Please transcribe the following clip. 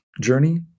journey